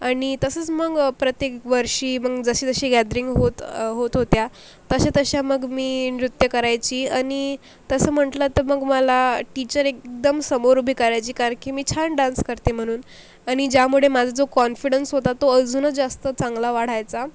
आणि तसंस मग प्रत्येक वर्षी मग जशी जशी गॅदरिंग होत होत होत्या तशा तशा मग मी नृत्य करायची आणि तसं म्हंटलं तर मग मला टीचर एकदम समोर उभी करायची कारण की मी छान डान्स करते म्हणून आणि ज्यामुळे माझा जो कॉन्फिडन्स होता तो अजूनच जास्त चांगला वाढायचा